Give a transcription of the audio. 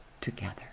together